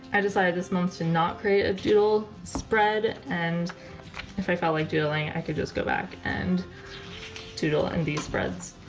i decided this month to not create a doodle spread and if i felt like doodling i could just go back and doodle in these spreads.